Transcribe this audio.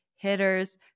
hitters